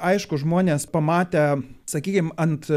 aišku žmonės pamatę sakykim ant